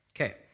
Okay